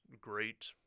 great